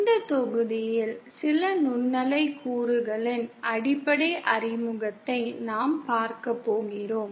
இந்த தொகுதியில் சில நுண்ணலை கூறுகளின் அடிப்படை அறிமுகத்தை நாம் பார்க்க போகிறோம்